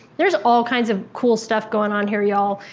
there's all kinds of cool stuff goin' on here, y'all.